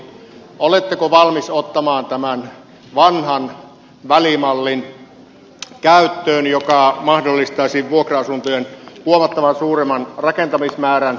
oletteko valmis ottamaan käyttöön tämän vanhan välimallin joka mahdollistaisi vuokra asuntojen huomattavasti suuremman rakentamismäärän